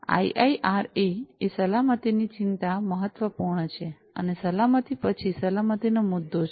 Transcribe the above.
IIRA એ સલામતીની ચિંતા મહત્વપૂર્ણ છે અને સલામતી પછી સલામતીનો મુદ્દો છે